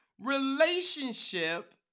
Relationship